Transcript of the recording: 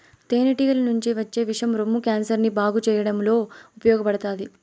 తేనె టీగల నుంచి వచ్చే విషం రొమ్ము క్యాన్సర్ ని బాగు చేయడంలో ఉపయోగపడతాది